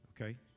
okay